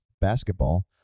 basketball